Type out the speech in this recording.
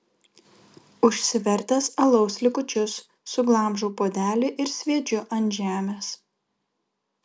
užsivertęs alaus likučius suglamžau puodelį ir sviedžiu ant žemės